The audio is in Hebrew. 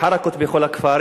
"חראקות" בכל הכפר,